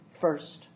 first